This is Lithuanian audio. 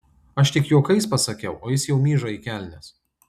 aš tik juokais pasakiau o jis jau myža į kelnes